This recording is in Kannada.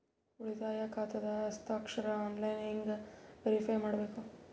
ಉಳಿತಾಯ ಖಾತಾದ ಹಸ್ತಾಕ್ಷರ ಆನ್ಲೈನ್ ಹೆಂಗ್ ವೇರಿಫೈ ಮಾಡಬೇಕು?